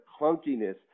clunkiness